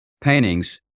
paintings